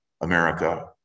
America